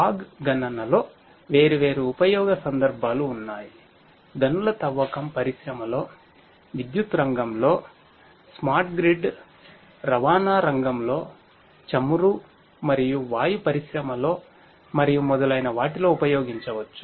fog రవాణా రంగంలో చమురు మరియు వాయు పరిశ్రమలో మరియు మొదలైన వాటిలో ఉపయోగించవచ్చు